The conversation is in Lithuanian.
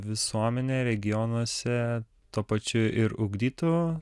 visuomenė regionuose tuo pačiu ir ugdytų